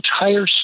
entire